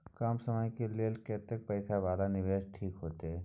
कम समय के लेल कतेक पैसा वाला निवेश ठीक होते?